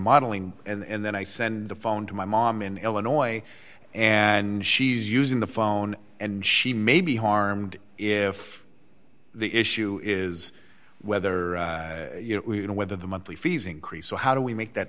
modeling and then i send the phone to my mom in illinois and she's using the phone and she may be harmed if the issue is whether you know whether the monthly fees increase so how do we make that